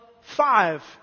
five